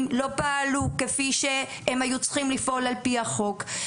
לא פעלו כפי שהם היו צריכים לפעול על פי החוק.